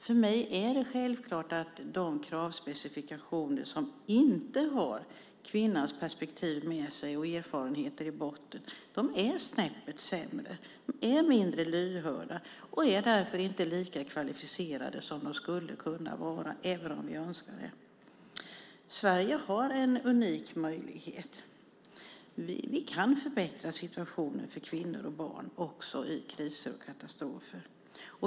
För mig är det självklart att de kravspecifikationer som inte har kvinnans perspektiv och erfarenheter i botten är snäppet sämre. De är mindre lyhörda och är därför inte lika kvalificerade som de skulle kunna vara, även om jag önskar det. Sverige har en unik möjlighet. Vi kan förbättra situationen för kvinnor och barn också i kriser och katastrofer.